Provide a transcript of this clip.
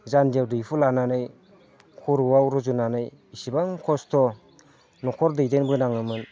जान्जियाव दैहु लानानै खर'आव रुजुनानै बेसेबां खस्थ' न'खर दैदेनबोनाङोमोन